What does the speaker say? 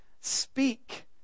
Speak